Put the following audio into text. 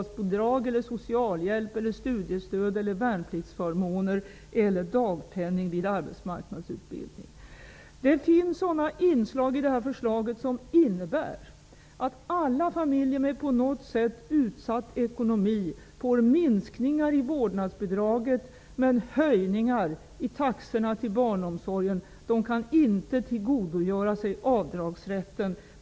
Det finns inslag i det här förslaget som innebär att alla familjer med en på något sätt utsatt ekonomi får minskningar i vårdnadsbidraget men höjningar i taxorna till barnomsorgen. De kan inte tillgodogöra sig avdragsrätten.